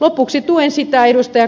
lopuksi tuen sitä ed